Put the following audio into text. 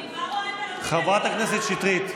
אני כבר רואה, חברת הכנסת שטרית.